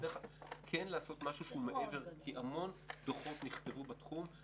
כן לעשות משהו שהוא מעבר כי המון דוחות נכתבו בתחום אבל